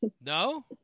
No